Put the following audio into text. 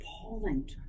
appalling